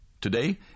Today